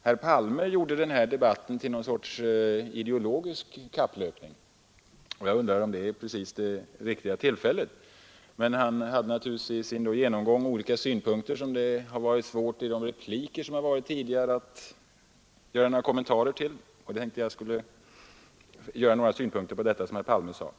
Herr Palme gjorde denna debatt till någon sorts ideologisk kapplöpning, och jag undrar om detta är det riktiga tillfället för sådant. I sin genomgång förde han fram olika synpunkter, som det naturligtvis har varit svårt att hinna kommentera i de repliker som har gjorts tidigare. Jag tänkte därför anföra några synpunkter på vad herr Palme sade.